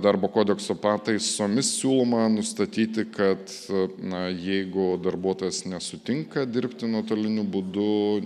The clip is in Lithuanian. darbo kodekso pataisomis siūloma nustatyti kad na jeigu darbuotojas nesutinka dirbti nuotoliniu būdu